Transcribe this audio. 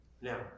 now